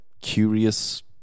curious –